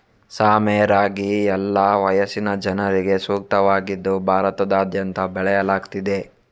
ಸಾಮೆ ರಾಗಿ ಎಲ್ಲಾ ವಯಸ್ಸಿನ ಜನರಿಗೆ ಸೂಕ್ತವಾಗಿದ್ದು ಭಾರತದಾದ್ಯಂತ ಬೆಳೆಯಲಾಗ್ತಿದೆ